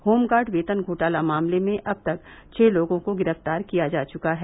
home guard वेतन घोटाला मामले में अब तक छह लोगों को गिरफ्तार किया जा चुका है